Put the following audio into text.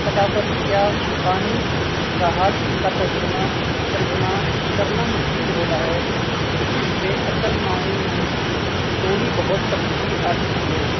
ثقافتی یا مقامی اصطلاحات کا تجرمہ ترجمہ کرنا مشکل ہوتا ہے جس سے اصل معنی میں تھوڑی بہت تبدیلی آ سکتی ہے